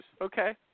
Okay